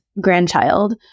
grandchild